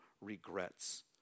regrets